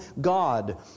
God